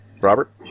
Robert